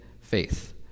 faith